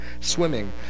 swimming